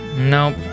Nope